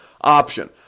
option